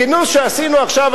בכינוס שעשינו עכשיו,